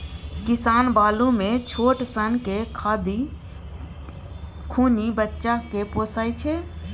किसान बालु मे छोट सनक खाधि खुनि बच्चा केँ पोसय छै